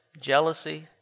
jealousy